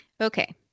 Okay